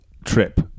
trip